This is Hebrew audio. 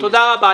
תודה רבה.